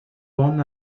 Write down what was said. bon